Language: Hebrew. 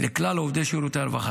לכלל עובדי שירותי הרווחה,